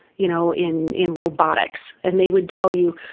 you know in in robotics and they would tell you,